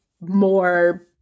more